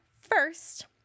first